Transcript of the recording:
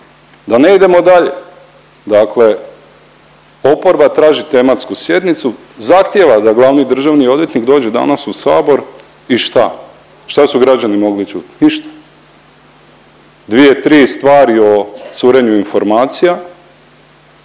Da ne idemo dalje, dakle oporba traži tematsku sjednicu, zahtjeva da glavni državni odvjetnik dođe danas u sabor i šta, šta su građani mogli čuti, ništa. Dvije, tri stvari o curenju informacija.